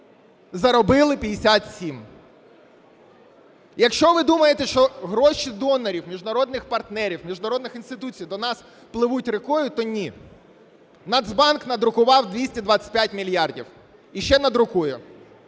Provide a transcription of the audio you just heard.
заробили 57. Якщо ви думаєте, що гроші донорів, міжнародних партнерів міжнародних інституцій до нас пливуть рікою, то ні. Нацбанк надрукував 225 мільярдів, і ще надрукує.